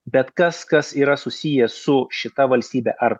bet kas kas yra susiję su šita valstybe ar